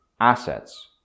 assets